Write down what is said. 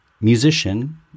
musician